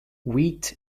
wheat